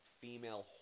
female